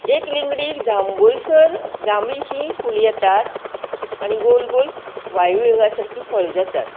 एक लिंगडीक जांबूळसर जांबळीशीं फूल येतात आनी गोल गोल वायू युगा सारकी फळ जातात